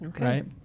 right